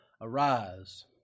Arise